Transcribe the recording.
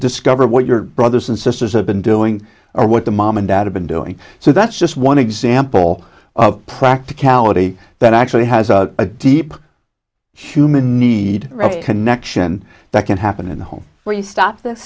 discover what your brothers and sisters have been doing or what the mom and dad have been doing so that's just one example of practicality that actually has a deep human need connection that can happen in the home where you stop th